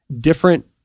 different